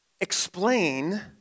explain